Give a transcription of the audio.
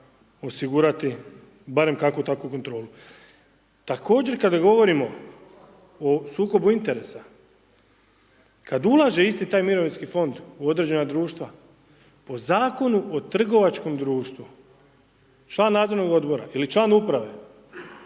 osigurati barem kakvu takvu kontrolu. Također kada govorimo o sukobu interesa, kada ulaže taj isti mirovinski fond u određena društva, o Zakonu o trgovačkom društvu, član nadzornog odbora ili član uprave